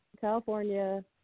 California